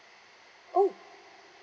oh